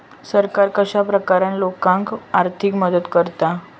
सरकार कश्या प्रकारान लोकांक आर्थिक मदत करता?